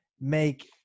make